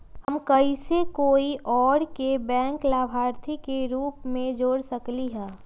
हम कैसे कोई और के बैंक लाभार्थी के रूप में जोर सकली ह?